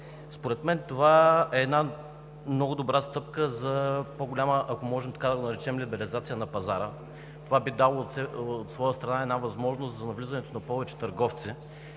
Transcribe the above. Според мен това е една много добра стъпка за по-голяма, ако може така да го наречем, либерализация на пазара. Това би дало от своя страна възможност за навлизането на повече търговци,